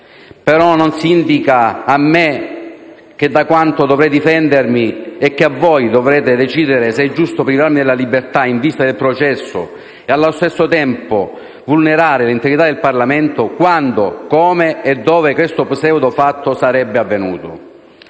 Non si indica, però a me, che dovrei difendermi, e a voi, che dovrete decidere, se è giusto privarmi della libertà in vista del processo e, allo stesso tempo, vulnerare l'integrità del Parlamento, quando, come e dove questo pseudofatto sarebbe avvenuto: